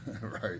Right